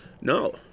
No